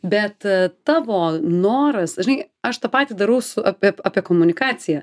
bet tavo noras žinai aš tą patį darau su apiep apie komunikaciją